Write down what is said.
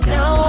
Now